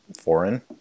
foreign